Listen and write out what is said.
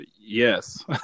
Yes